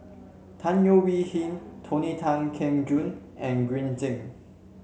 Tan Leo Wee Hin Tony Tan Keng Joo and Green Zeng